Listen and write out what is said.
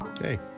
Hey